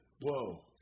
Whoa